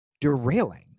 derailing